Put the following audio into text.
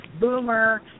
boomer